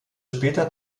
später